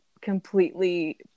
completely